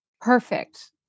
Perfect